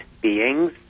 beings